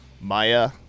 Maya